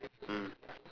mm